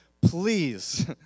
please